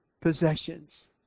possessions